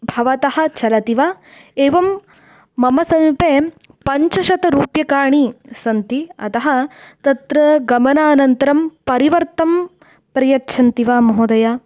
भवतः चलति वा एवं मम समीपे पञ्चशतरूप्यकाणि सन्ति अतः तत्र गमनानन्तरं परिवर्तं प्रयच्छन्ति वा महोदय